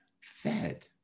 fed